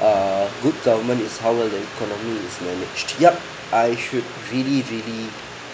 uh good government is how well the economy is managed yup I should really really